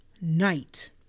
night